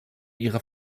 ihrer